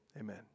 amen